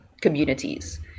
communities